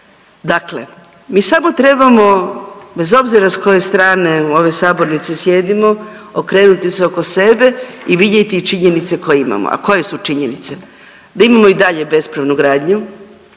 Dakle, mi samo trebamo bez obzira sa koje strane u ovoj sabornici sjedimo okrenuti se oko sebe i vidjeti činjenice koje imamo. A koje su činjenice? Da imamo i dalje bespravnu gradnju,